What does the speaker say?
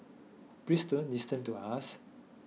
listen to us